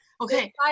Okay